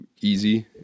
easy